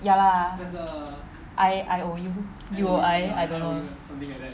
ya lah I~ I_O_U U_O_I I don't know